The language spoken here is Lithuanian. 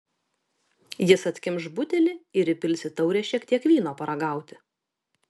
jis atkimš butelį ir įpils į taurę šiek tiek vyno paragauti